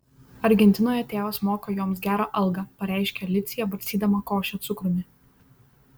argentinoje tėvas moka joms gerą algą pareiškė alicija barstydama košę cukrumi